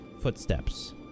footsteps